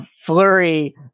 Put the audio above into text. flurry